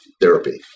therapy